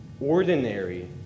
ordinary